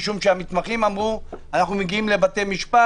משום שהמתמחים אמרו שהם מגיעים לבתי משפט,